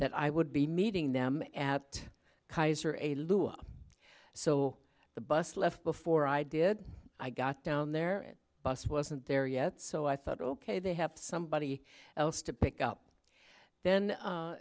that i would be meeting them at kaiser a loop so the bus left before i did i got down there and bus wasn't there yet so i thought ok they have somebody else to pick up then